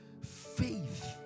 Faith